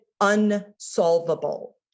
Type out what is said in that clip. unsolvable